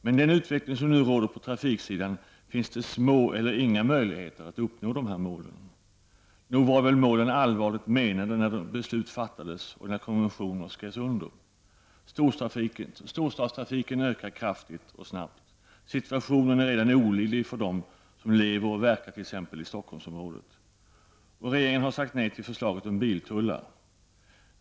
Med den utveckling som nu råder på trafiksidan finns det små eller inga möjligheter att uppnå dessa mål. Nog var väl målen allvarligt menade när beslut fattades och när konventioner skrevs under? Storstadstrafiken ökar kraftigt och snabbt. Situationen är redan olidlig för dem som lever och verkar i t.ex. Stockholmsområdet. Regeringen har sagt nej till förslaget om biltullar.